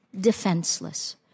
defenseless